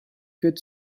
good